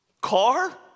car